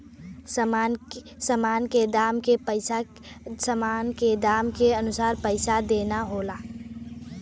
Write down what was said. सामान के दाम के अनुसार पइसा देना होला